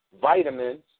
vitamins